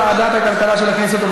לוועדת הכלכלה של הכנסת.